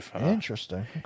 Interesting